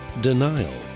denial